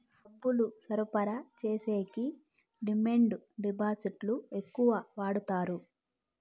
డబ్బులు సరఫరా చేసేకి డిమాండ్ డిపాజిట్లు ఎక్కువ వాడుతారు